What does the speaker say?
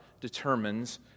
determines